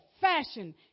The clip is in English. Fashion